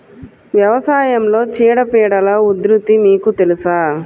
వ్యవసాయంలో చీడపీడల ఉధృతి మీకు తెలుసా?